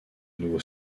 nouveau